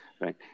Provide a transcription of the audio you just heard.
right